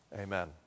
Amen